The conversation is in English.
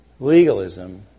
Legalism